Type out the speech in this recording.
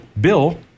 Bill